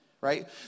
Right